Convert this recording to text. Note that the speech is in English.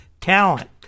talent